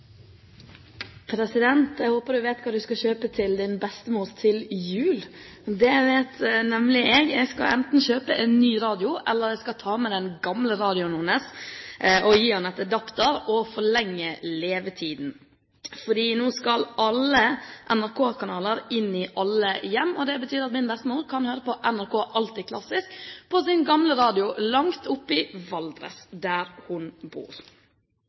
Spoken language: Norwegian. President, jeg håper du vet hva du skal kjøpe til din bestemor til jul. Det vet nemlig jeg! Jeg skal enten kjøpe en ny radio, eller jeg skal ta med den gamle radioen hennes og gi henne en adapter og slik forlenge levetiden, for nå skal alle NRK-kanaler inn i alle hjem. Det betyr at min bestemor kan høre på NRK Alltid Klassisk på sin gamle radio langt oppe i Valdres der hun bor.